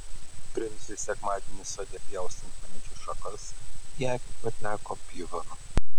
princui sekmadienį sode pjaustant medžių šakas į akį pateko pjuvenų